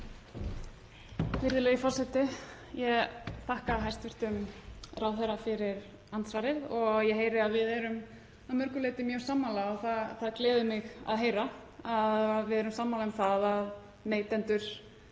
Virðulegi forseti. Ég þakka hæstv. ráðherra fyrir andsvarið og ég heyri að við erum að mörgu leyti mjög sammála og það gleður mig að heyra að við erum sammála um að neytendur